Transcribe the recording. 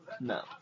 No